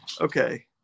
okay